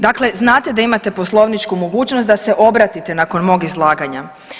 Dakle, znate da imate poslovničku mogućnost da se obratite nakon mog izlaganja.